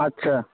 আচ্ছা